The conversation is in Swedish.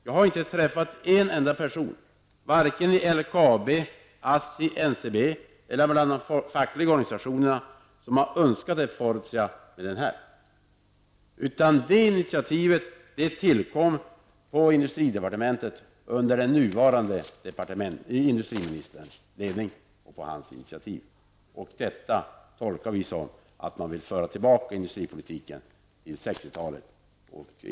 Jag har inte träffat en enda person, varken i LKAB, ASSI eller Ncb eller inom de fackliga organisationerna, som har önskat ett Fortia med den inriktningen. Initiativet härtill kom från industridepartementet under den nuvarande industriministerns ledning och har tagits av honom. Detta tolkar vi som att man vill föra tillbaka industripolitiken till 60-talet.